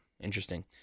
Interesting